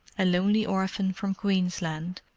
a lonely orphan from queensland,